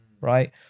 right